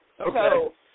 Okay